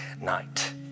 night